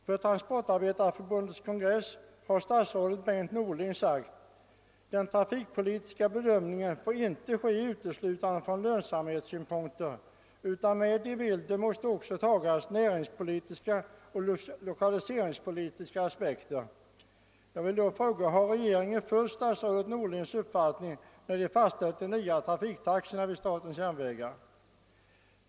På Transportarbetareförbundets kongress har statsrådet Bengt Norling uttalat: >Den trafikpolitiska bedömningen får inte ske uteslutande från lönsamhetssynpunkter, utan med i bilden måste också tagas näringspolitiska och lokaliseringspolitiska aspekter.> Har regeringen följt statsrådet Norlings uppfattning när den fastställt de nya trafiktaxorna vid SJ?